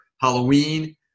Halloween